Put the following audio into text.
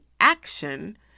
action